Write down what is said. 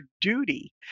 duty